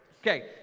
Okay